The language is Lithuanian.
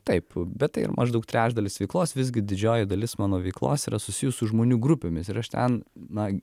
taip bet tai yra maždaug trečdalis veiklos visgi didžioji dalis mano veiklos yra susijus su žmonių grupėmis ir aš ten na